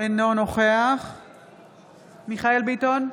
אינו נוכח מיכאל מרדכי ביטון,